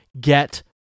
get